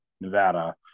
Nevada